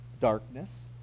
darkness